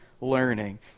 learning